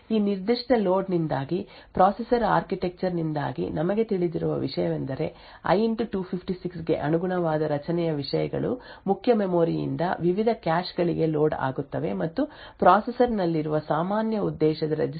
ಈ ನಿರ್ದಿಷ್ಟ ಲೋಡ್ ನಿಂದಾಗಿ ಪ್ರೊಸೆಸರ್ ಆರ್ಕಿಟೆಕ್ಚರ್ ನಿಂದಾಗಿ ನಮಗೆ ತಿಳಿದಿರುವ ವಿಷಯವೆಂದರೆ ಐ 256 ಗೆ ಅನುಗುಣವಾದ ರಚನೆಯ ವಿಷಯಗಳು ಮುಖ್ಯ ಮೆಮೊರಿ ಯಿಂದ ವಿವಿಧ ಕ್ಯಾಶ್ ಗಳಿಗೆ ಲೋಡ್ ಆಗುತ್ತವೆ ಮತ್ತು ಪ್ರೊಸೆಸರ್ ನಲ್ಲಿರುವ ಸಾಮಾನ್ಯ ಉದ್ದೇಶದ ರೆಜಿಸ್ಟರ್ ಗಳಲ್ಲಿ ಒಂದಕ್ಕೆ ಲೋಡ್ ಆಗುತ್ತವೆ